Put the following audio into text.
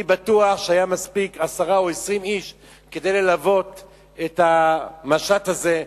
אני בטוח שהיה די בעשרה או ב-20 איש כדי ללוות את המשט הזה.